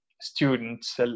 students